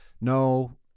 no